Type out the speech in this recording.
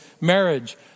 marriage